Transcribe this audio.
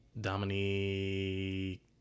Dominique